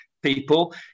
people